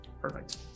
Perfect